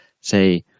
say